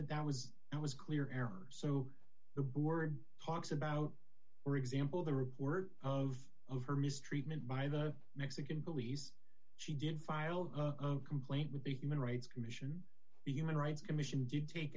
and that was it was clear error so the board talks about for example the report of over mistreatment by the mexican police she didn't file a complaint with the human rights commission the human rights commission did take